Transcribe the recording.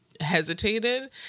hesitated